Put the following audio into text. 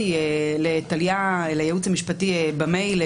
המשפט במייל מאתנו